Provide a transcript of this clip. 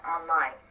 online